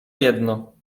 jedno